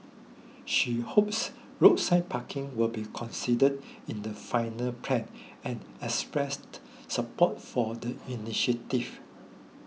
she hopes roadside parking will be considered in the final plans and expressed support for the